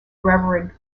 reverend